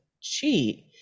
cheat